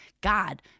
God